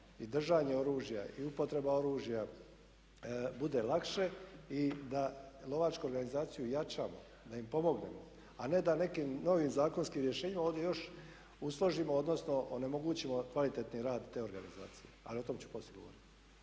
i držanje oružja i upotreba oružja bude lakše i da lovačku organizaciju jačamo, da im pomognemo. A ne da nekim novim zakonskim rješenjima ovdje još …/Govornik se ne razumije./…, odnosno onemogućimo kvalitetni rad te organizacije. Ali o tome ću poslije govoriti.